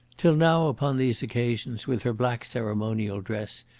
till now, upon these occasions, with her black ceremonial dress,